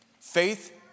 faith